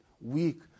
weak